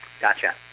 Gotcha